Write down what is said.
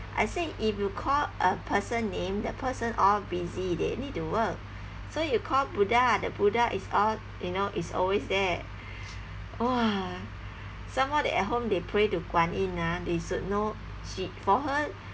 I said if you call a person name the person all busy they need to work so you call buddha the buddha is all you know is always there !wah! somemore they at home they pray to guan yin ah they should know she for her